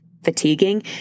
Fatiguing